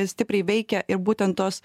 stipriai veikia ir būtent tos